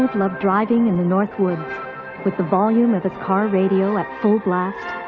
loved driving in the north woods with the volume of his car radio at blast,